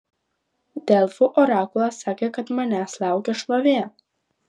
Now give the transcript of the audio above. delfų orakulas sakė kad manęs laukia šlovė